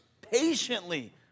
patiently